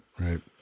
Right